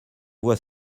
voit